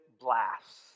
blast